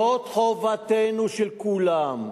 זאת חובתם של כולם.